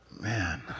Man